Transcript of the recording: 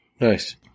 Nice